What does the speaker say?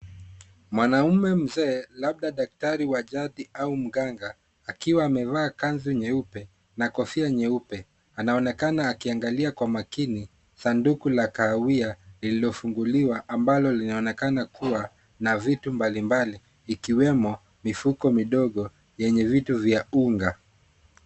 Mwanaume mzee labda daktari wa jadi au mganga akiwa amevaa kanzu nyeupe na kofia nyeupe anaonekana akiangalia kwa makini sanduku la kahawia lililofunguliwa ambalo linaonekana kuwa na vitu mbalimbali ikiwemo mifuko midogo yenye vitu vya unga.